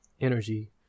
energy